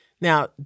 Now